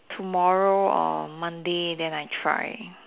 tomorrow or Monday then I try